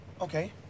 Okay